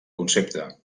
concepte